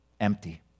empty